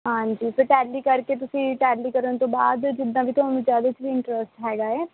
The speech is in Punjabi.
ਹਾਂਜੀ ਫਿਰ ਟੈਲੀ ਕਰਕੇ ਤੁਸੀਂ ਟੈਲੀ ਕਰਨ ਤੋਂ ਬਾਅਦ ਜਿੱਦਾਂ ਵੀ ਤੁਹਾਨੂੰ ਜਿਹਦੇ 'ਚ ਵੀ ਇੰਟਰਸਟ ਹੈਗਾ ਹੈ